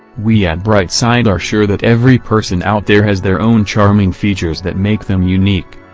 we at bright side are sure that every person out there has their own charming features that make them unique.